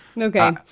Okay